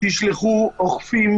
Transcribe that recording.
תשלחו אוכפים,